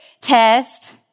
Test